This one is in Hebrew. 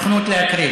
נכונות להקריב.